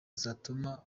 zatuma